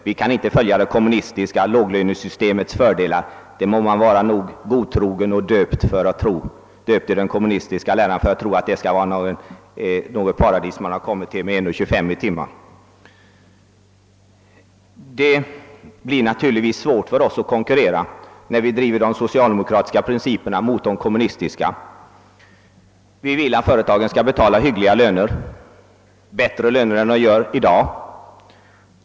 Vi kan inte inse det kommunistiska systemets fördelar. Man skall allt vara bra godtrogen och döpt i den kommunistiska läran för att tro att ett land, där de anställda har 1 krona 25 öre i timmen, kan vara något paradis. Men det blir naturligtvis svårt för vårt land att konkurrera när vi driver de socialdemokratiska principerna mot de kommunistiska. Vi vill att företagen skall betala hyggliga löner, bättre löner än i dag.